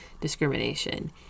discrimination